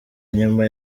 nyuma